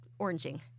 oranging